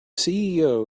ceo